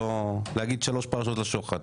לא להגיד שלוש פרשות על שוחד.